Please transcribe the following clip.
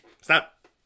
stop